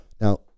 now